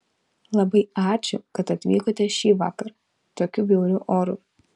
labai ačiū kad atvykote šįvakar tokiu bjauriu oru